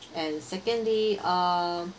and secondly um